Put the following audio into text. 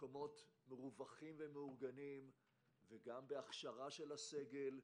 מקומות מרווחים ומאורגנים וגם בהכשרת הסגל.